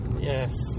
Yes